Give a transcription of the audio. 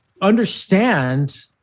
understand